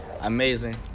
Amazing